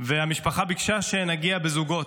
והמשפחה ביקשה שנגיע בזוגות,